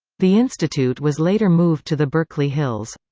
the institute was later moved to the berkeley hills.